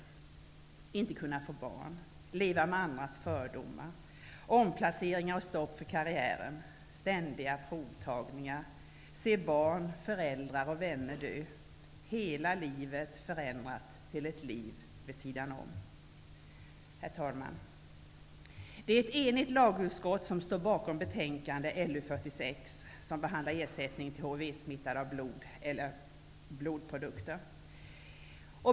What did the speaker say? Vidare innebär det att inte kunna få barn, att leva med andras fördomar, omplaceringar och stopp för karriären, ständiga provtagningar, att se barn, föräldrar och vänner dö samt att få hela livet förändrat till ett liv ''vid sidan om''. Herr talman! Ett enigt lagutskott står bakom betänkande LU46, som behandlar ersättning till hivsmittade som smittats av blod eller blodprodukter.